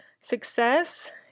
Success